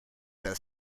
das